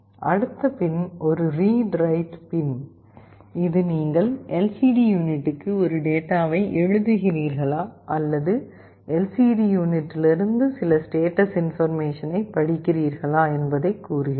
அடுத்த பின் ஒரு read write pin இது நீங்கள் LCD யூனிட்டுக்கு ஒரு டேட்டாவை எழுதுகிறீர்களா அல்லது LCD யூனிட்டிலிருந்து சில ஸ்டேட்டஸ் இன்பர்மேஷனை படிக்கிறீர்களா என்பதை உங்களுக்குக் கூறுகிறது